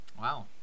Wow